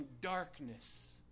darkness